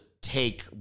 take